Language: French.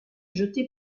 jeté